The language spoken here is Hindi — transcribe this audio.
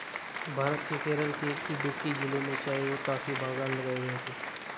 भारत के केरल के इडुक्की जिले में चाय और कॉफी बागान लगाए गए थे